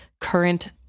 current